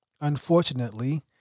Unfortunately